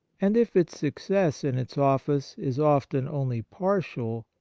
and if its success in its office is often only partial,